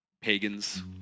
Pagans